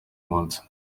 munsi